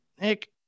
Nick